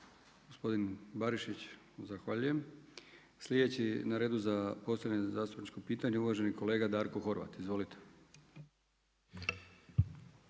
Gospodin Barišić zahvaljujem. Sljedeći na redu za postavljanje zastupničkog pitanja uvaženi kolega Darko Horvat, izvolite.